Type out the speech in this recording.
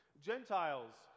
Gentiles